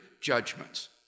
judgments